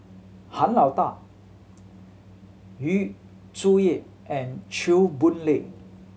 Han Lao Da Yu Zhuye and Chew Boon Lay